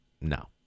no